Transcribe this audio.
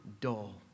dull